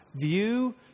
View